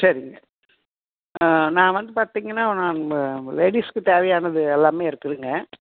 சரிங்க ஆ நான் வந்து பார்த்திங்கன்னா நம்ப லேடிஸ்க்கு தேவையானது எல்லாமே இருக்குதுங்க